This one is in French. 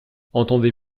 entendez